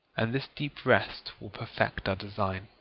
and this deep rest will perfect our design.